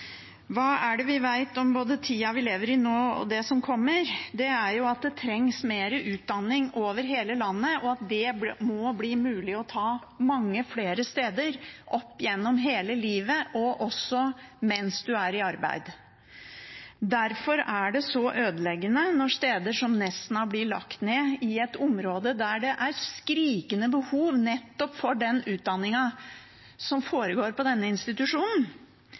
Hva er det vi vet både om tida vi lever i nå, og om det som kommer? Det er at det trengs mer utdanning over hele landet, og at det må bli mulig å ta utdanning mange flere steder, opp gjennom hele livet – også mens man er i arbeid. Derfor er det så ødeleggende når steder som Nesna blir lagt ned, i et område der det er skrikende behov nettopp for den utdanningen som foregår på denne institusjonen.